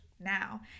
now